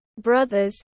brothers